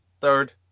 third